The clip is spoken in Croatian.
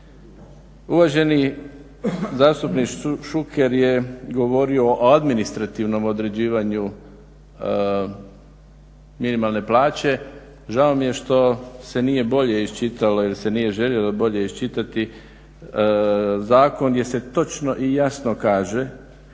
Uvaženi zastupnik Šuker je govorio o administrativnom određivanju minimalne plaće. Žao mi je što se nije bolje iščitalo ili se nije željelo bolje iščitati zakon jer se točno i jasno kaže